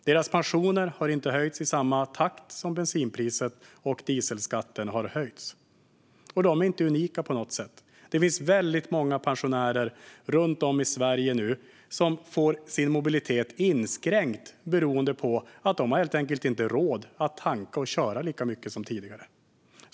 Deras pensioner har inte höjts i samma takt som bensinpriset och dieselskatten har höjts. De är inte heller unika på något sätt; det finns väldigt många pensionärer runt om i Sverige som nu får sin mobilitet inskränkt beroende på att de helt enkelt inte har råd att tanka och köra lika mycket som tidigare.